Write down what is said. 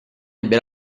ebbe